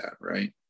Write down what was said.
right